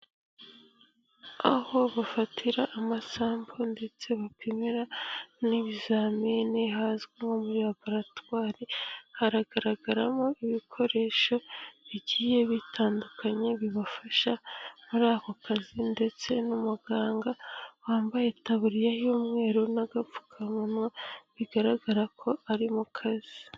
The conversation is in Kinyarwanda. Aho bafatira amasambu ndetse bapimira n'ibizamini, hazwi nko muri laboratwari, hagaragaramo ibikoresho bigiye bitandukanye, bibafasha muri ako kazi ndetse n'umuganga wambaye itaburiya y'umweru n'agapfukamuma, bigaragara ko ari mu kazi.